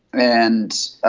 and